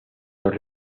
los